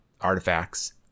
artifacts